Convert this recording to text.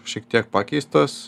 šiek tiek pakeistas